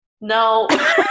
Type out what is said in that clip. No